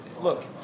look